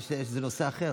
זה קשור להצעת החוק?